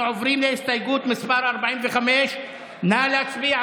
אנחנו עוברים להסתייגות מס' 45. נא להצביע,